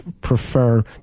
prefer